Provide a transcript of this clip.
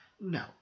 no